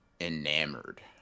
enamored